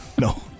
No